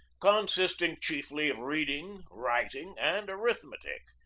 consisting chiefly of reading, writing, and arithmetic.